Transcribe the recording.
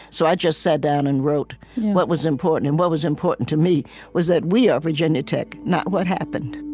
so i just sat down and wrote what was important. and what was important to me was that we are virginia tech, not what happened